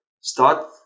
start